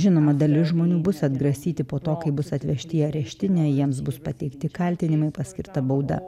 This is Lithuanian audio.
žinoma dalis žmonių bus atgrasyti po to kai bus atvežti į areštinę jiems bus pateikti kaltinimai paskirta bauda